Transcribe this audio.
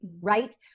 right